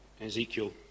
Ezekiel